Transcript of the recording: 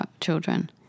children